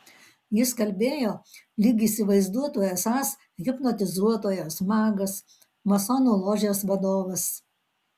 jis kalbėjo lyg įsivaizduotų esąs hipnotizuotojas magas masonų ložės vadovas